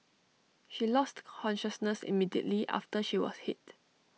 she lost consciousness immediately after she was hit